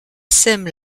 sème